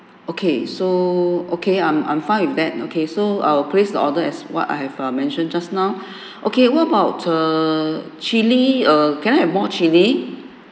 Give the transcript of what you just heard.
okay so okay I'm I'm fine with that okay so I will place the order as what I have mentioned just now okay what about err chili err can I have more chilli